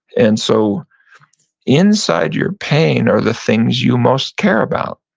and so inside your pain are the things you most care about.